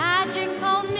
Magical